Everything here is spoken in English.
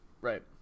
right